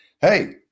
hey